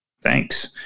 Thanks